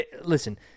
listen